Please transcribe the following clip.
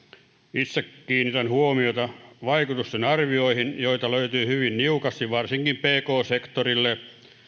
itse kiinnitän huomiota vaikutusten arvioihin joita löytyy hyvin niukasti varsinkin pk sektorille